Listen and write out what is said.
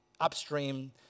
Upstream